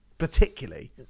Particularly